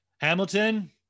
Hamilton